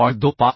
1